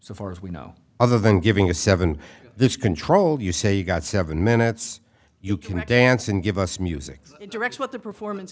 so far as we know other than giving a seven this control you say you got seven minutes you cannot dance and give us music director what the performance